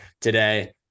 today